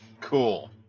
Cool